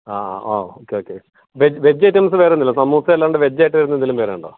ആ ആ okay okay വെ വെജ് ഐറ്റംസ് വേറെ ഒന്നും ഇല്ലേ സമോസ അല്ലാണ്ട് വെജ് ആയിട്ട് വരുന്ന എന്തെങ്കിലും വേറെ ഉണ്ടോ